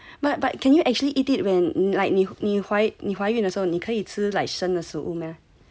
but but can you actually eat it when like 你怀孕的时候你可以吃 like 生的食物 meh